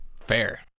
Fair